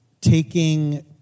taking